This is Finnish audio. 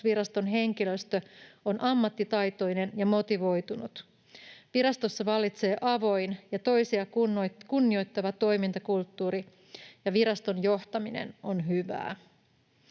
tarkastusviraston henkilöstö on ammattitaitoinen ja motivoitunut, virastossa vallitsee avoin ja toisia kunnioittava toimintakulttuuri ja viraston johtaminen on hyvää.